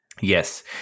Yes